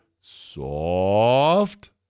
soft